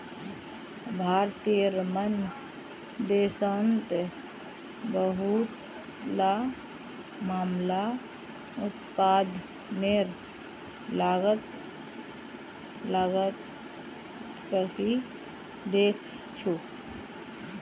भारतेर मन देशोंत बहुतला मामला उत्पादनेर लागतक ही देखछो